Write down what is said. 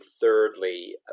thirdly